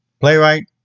playwright